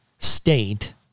state